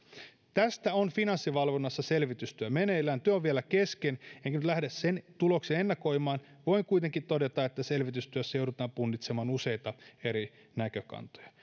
tästä on finanssivalvonnassa selvitystyö meneillään työ on vielä kesken enkä nyt lähde sen tuloksia ennakoimaan voin kuitenkin todeta että selvitystyössä joudutaan punnitsemaan useita eri näkökantoja